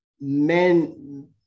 men